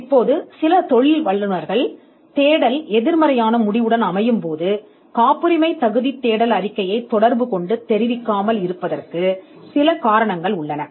இப்போது சில தொழில் வல்லுநர்கள் காப்புரிமை தேடல் அறிக்கையை தொடர்பு கொள்ளாத காரணங்கள் உள்ளன தேடல் எதிர்மறையாக மாறும் போது தேடலின் முடிவுகள் இந்த கண்டுபிடிப்பை நீங்கள் காப்புரிமை பெற முடியாது என்று கூறுகிறது